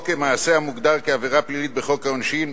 או כמעשה המוגדר כעבירה פלילית בחוק העונשין,